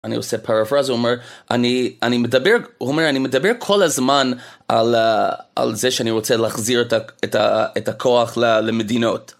אני עושה פרפרזה, הוא אומר, אני מדבר כל הזמן על זה שאני רוצה להחזיר את הכוח למדינות.